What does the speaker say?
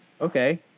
Okay